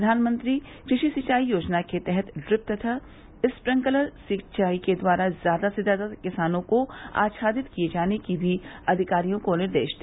प्रधानमंत्री कृषि सिचाई योजना के तहत ड्रिप तथा स्प्रिंकलर सिंचाई के द्वारा ज्यादा से ज्यादा किसानों को आछादित किए जाने का भी अधिकारियों को निर्देश दिया